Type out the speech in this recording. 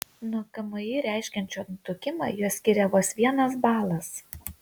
nuo kmi reiškiančio nutukimą juos skiria vos vienas balas